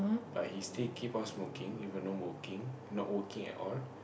but he still keep on smoking even no working not working at all